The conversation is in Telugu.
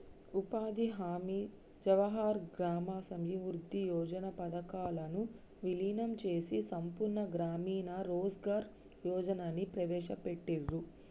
ఉపాధి హామీ, జవహర్ గ్రామ సమృద్ధి యోజన పథకాలను వీలీనం చేసి సంపూర్ణ గ్రామీణ రోజ్గార్ యోజనని ప్రవేశపెట్టిర్రు